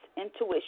Intuition